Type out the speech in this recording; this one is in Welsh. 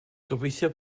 gobeithio